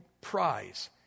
prize